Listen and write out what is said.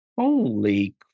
Holy